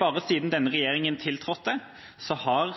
Bare siden denne regjeringa tiltrådte, har